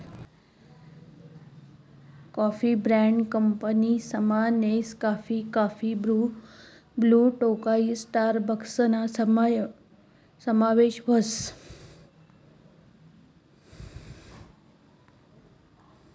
coffee brand कंपनीसमा Nescafe, coffee Bru, Blue Tokai स्टारबक्सना समावेश व्हस